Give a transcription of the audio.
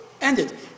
ended